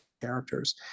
characters